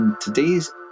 today's